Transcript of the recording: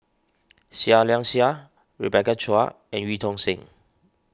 Seah Liang Seah Rebecca Chua and Eu Tong Sen